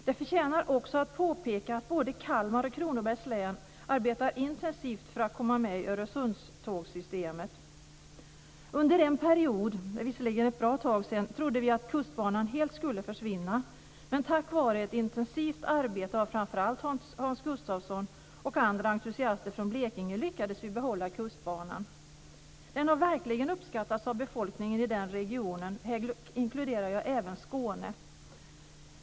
Det förtjänar också att påpekas att både Kalmar och Kronobergs län arbetar intensivt för att komma med i Öresundstågsystemet. Under en period - det är visserligen ett bra tag sedan - trodde vi att Kustbanan helt skulle försvinna. Men tack vare ett intensivt arbete, av framför allt Hans Gustafsson och andra entusiaster från Blekinge, lyckades vi behålla Kustbanan. Den har verkligen uppskattats av befolkningen i den regionen, där jag även inkluderar Skåne.